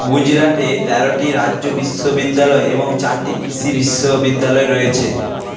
গুজরাটে তেরোটি রাজ্য বিশ্ববিদ্যালয় এবং চারটি কৃষি বিশ্ববিদ্যালয় রয়েছে